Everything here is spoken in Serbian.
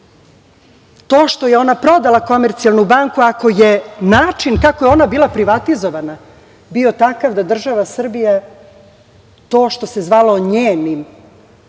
je što ona prodala „Komercijalnu banku“, ako je način kako je ona bila privatizovana bio takav da država Srbija, to što se zvalo njenim,